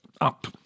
up